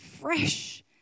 fresh